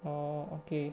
oh okay